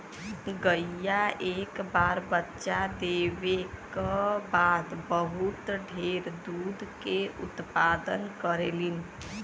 गईया एक बार बच्चा देवे क बाद बहुत ढेर दूध के उत्पदान करेलीन